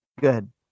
good